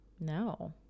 No